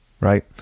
right